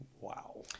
wow